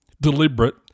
Deliberate